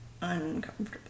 Uncomfortable